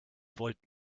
volt